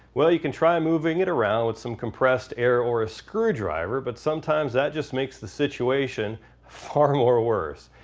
well you can try and moving it around with some compressed air or a screw driver but sometimes that just makes the situation far more worse.